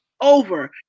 over